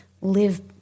live